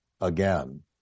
again